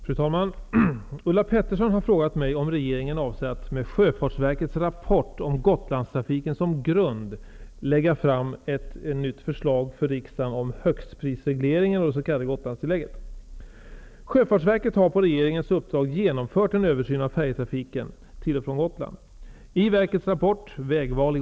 Fru talman! Ulla Pettersson har frågat mig om regeringen avser att med Sjöfartsverkets rapport om Gotlandstrafiken som grund lägga fram ett nytt förslag för riksdagen om högstprisregleringen och det s.k. Gotlandstillägget.